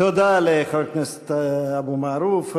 תודה לחבר הכנסת אבו מערוף.